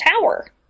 Tower